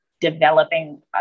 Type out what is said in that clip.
developing